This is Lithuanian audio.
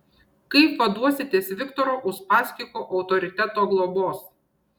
kaip vaduositės viktoro uspaskicho autoriteto globos